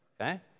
okay